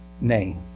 name